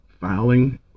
filing